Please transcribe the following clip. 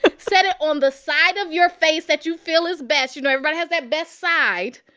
set it on the side of your face that you feel is best. you know, everybody has their best side.